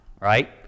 right